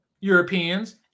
Europeans